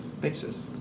basis